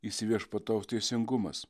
įsiviešpataus teisingumas